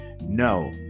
no